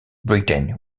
britain